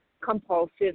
compulsive